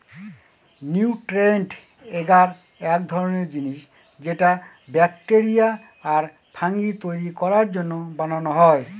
nutrient agar এক ধরনের জিনিস যেটা ব্যাকটেরিয়া আর ফাঙ্গি তৈরী করার জন্য বানানো হয়